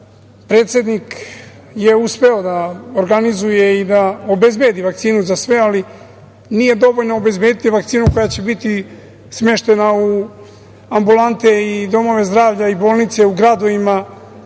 predsednik je uspeo da organizuje i da obezbedi vakcinu za sve. Ali, nije dovoljno obezbediti vakcinu koja će biti smeštena u ambulante, domove zdravlja i bolnice u gradovima.